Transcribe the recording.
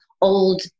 old